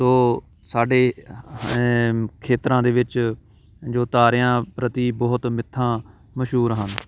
ਸੋ ਸਾਡੇ ਖੇਤਰਾਂ ਦੇ ਵਿੱਚ ਜੋ ਤਾਰਿਆਂ ਪ੍ਰਤੀ ਬਹੁਤ ਮਿੱਥਾਂ ਮਸ਼ਹੂਰ ਹਨ